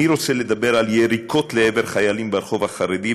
איני רוצה לדבר על יריקות לעבר חיילים ברחוב החרדי,